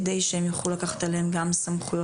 כדי שהם יוכלו לקחת עליהם גם סמכויות,